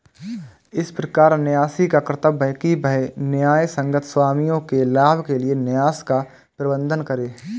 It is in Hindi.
इस प्रकार न्यासी का कर्तव्य है कि वह न्यायसंगत स्वामियों के लाभ के लिए न्यास का प्रबंधन करे